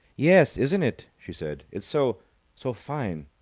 yes, isn't it? she said. it's so so fine.